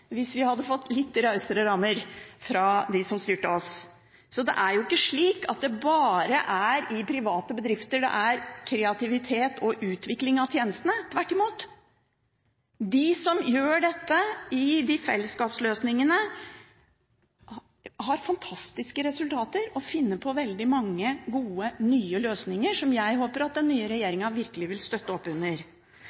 hvis vi hadde fått litt rausere rammer fra dem som styrte oss. Så det er ikke slik at det bare er i private bedrifter det er kreativitet og utvikling av tjenestene. Tvert imot – de som gjør dette i fellesskapsløsninger, har fantastiske resultater og finner på veldig mange gode, nye løsninger som jeg håper at den nye